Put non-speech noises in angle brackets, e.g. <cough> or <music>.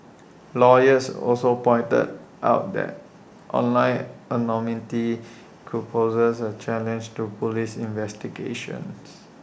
<noise> lawyers also pointed out that online anonymity could poses A challenge to Police investigations